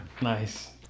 Nice